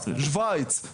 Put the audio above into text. שוויץ,